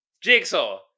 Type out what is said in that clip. Jigsaw